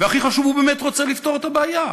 והכי חשוב, הוא באמת רוצה לפתור את הבעיה.